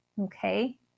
Okay